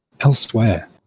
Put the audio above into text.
Elsewhere